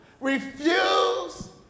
Refuse